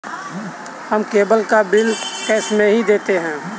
हम केबल का bill cash में ही देते हैं